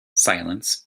silence